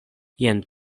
jen